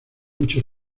muchos